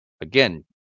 Again